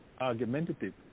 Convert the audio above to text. argumentative